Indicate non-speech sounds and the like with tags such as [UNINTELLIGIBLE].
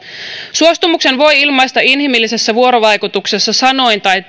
suostumuksen voi ilmaista inhimillisessä vuorovaikutuksessa sanoin tai [UNINTELLIGIBLE]